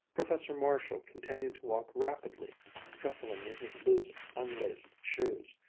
professor marshall continued to walk rapidly, scuffling in his loose, unlaced shoes.